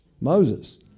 Moses